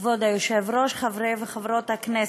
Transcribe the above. כבוד היושב-ראש, חברי וחברות הכנסת,